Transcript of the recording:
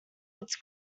its